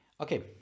Okay